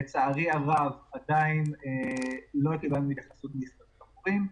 לצערי הרב עדיין לא קיבלנו התייחסות מהסתדרות המורים,